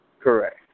Correct